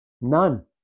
None